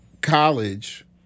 college